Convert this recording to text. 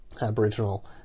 aboriginal